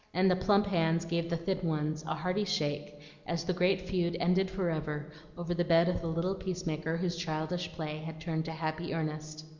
and the plump hands gave the thin ones a hearty shake as the great feud ended forever over the bed of the little peacemaker whose childish play had turned to happy earnest.